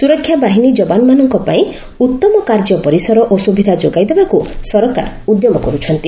ସୁରକ୍ଷା ବାହିନୀ ଯବାନମାନଙ୍କ ପାଇଁ ଉତ୍ତମ କାର୍ଯ୍ୟ ପରିସର ଓ ସୁବିଧା ଯୋଗାଇ ଦେବାକୁ ସରକାର ଉଦ୍ୟମ କରୁଛନ୍ତି